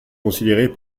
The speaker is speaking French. considérée